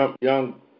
young